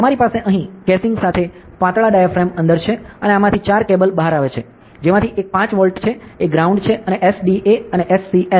તમારી પાસે અહીં કેસિંગ સાથે પાતળા ડાયાફ્રેમ અંદર છે અને આમાંથી ચાર કેબલ બહાર આવે છે જેમાંથી એક 5 વોલ્ટ છે એક ગ્રાઉંડ છે અને SDA અને SCL છે